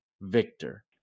Victor